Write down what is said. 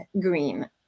green